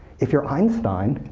if you're einstein,